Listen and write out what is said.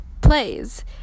plays